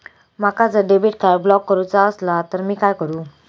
माका जर debit card block करूचा असला तर मी काय करू?